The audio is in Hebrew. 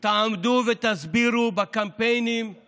תעמדו ותסבירו בקמפיינים את